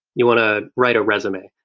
you want to write a resume.